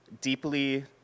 deeply